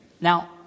Now